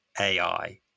AI